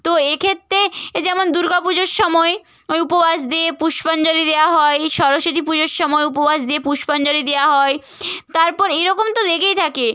তো এক্ষেত্রে যেমন দুর্গা পুজোর সময় আমি উপবাস দিয়ে পুষ্পাঞ্জলি দেওয়া হয় সরস্বতী পুজোর সময় উপবাস দিয়ে পুষ্পাঞ্জলি দেওয়া হয় তারপর এই রকম তো লেগেই থাকে